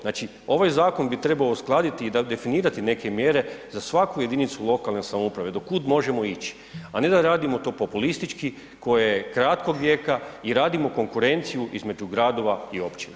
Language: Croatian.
Znači, ovaj zakon bi trebao uskladiti i definirati neke mjere za svaku jedinicu lokalne samouprave do kud možemo ići, a ne da radimo to populistički koje je kratkog vijeka i radimo konkurenciju između gradova i općina.